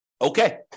Okay